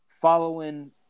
following